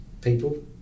People